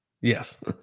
Yes